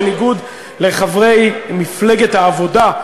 בניגוד לחברי מפלגת העבודה,